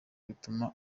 bituma